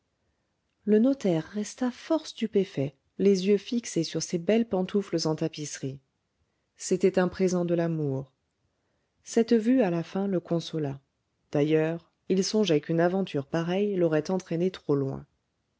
le notaire resta fort stupéfait les yeux fixés sur ses belles pantoufles en tapisserie c'était un présent de l'amour cette vue à la fin le consola d'ailleurs il songeait qu'une aventure pareille l'aurait entraîné trop loin